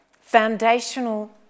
foundational